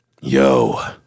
Yo